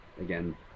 again